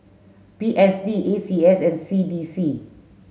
P S D A C S and C D C